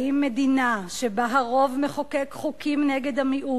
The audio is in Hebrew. האם מדינה שבה הרוב מחוקק חוקים נגד המיעוט,